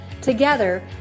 Together